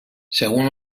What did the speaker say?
según